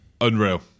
Unreal